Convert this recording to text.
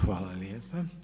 Hvala lijepa.